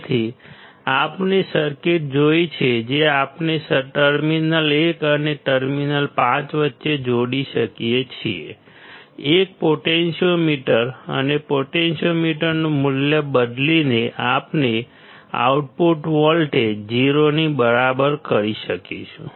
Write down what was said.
તેથી આપણે સર્કિટ જોઈ છે જે આપણે ટર્મિનલ 1 અને ટર્મિનલ 5 વચ્ચે જોડી શકીએ છીએ એક પોટેન્શિયોમીટર અને પોટેન્શિયોમીટરનું મૂલ્ય બદલીને આપણે આઉટપુટ વોલ્ટેજ 0 ની બરાબર કરી શકીશું